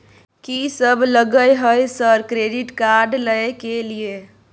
कि सब लगय हय सर क्रेडिट कार्ड लय के लिए?